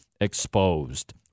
exposed